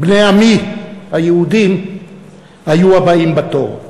בני עמי היהודים היו הבאים בתור.